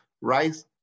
rice